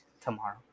tomorrow